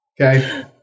Okay